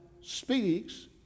speaks